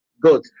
Good